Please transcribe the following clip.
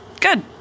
Good